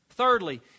Thirdly